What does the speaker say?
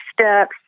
steps